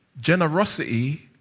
generosity